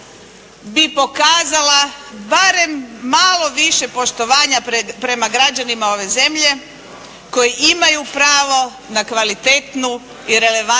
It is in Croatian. bi pokazala barem malo više poštovanja prema građanima ove zemlje koji imaju pravo na kvalitetnu i relevantnu